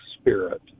spirit